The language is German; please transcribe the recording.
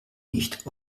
nicht